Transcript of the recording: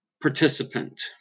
Participant